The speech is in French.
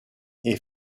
est